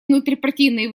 внутрипартийные